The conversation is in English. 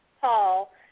Paul